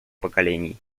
поколений